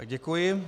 Děkuji.